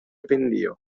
pendio